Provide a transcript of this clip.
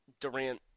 Durant